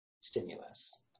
stimulus